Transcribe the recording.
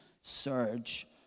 Surge